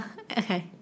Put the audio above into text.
Okay